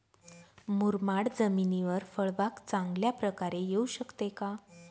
मुरमाड जमिनीवर फळबाग चांगल्या प्रकारे येऊ शकते का?